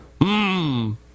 Mmm